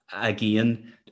again